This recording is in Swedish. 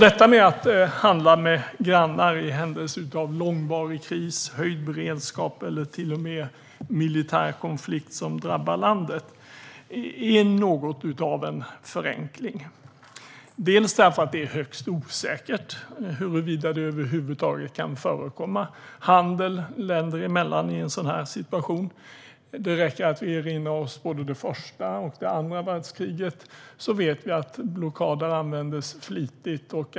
Detta med att handla med grannar i händelse av långvarig kris, höjd beredskap eller till och med militär konflikt som drabbar landet är något av en förenkling. För det första är det högst osäkert huruvida det över huvud taget kan förekomma handel länder emellan i en sådan här situation. Det räcker att vi erinrar oss det första och det andra världskriget, då blockader användes flitigt.